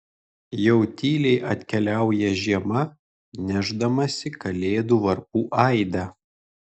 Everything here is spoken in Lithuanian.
jau tyliai atkeliauja žiema nešdamasi kalėdų varpų aidą